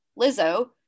lizzo